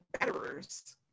betterers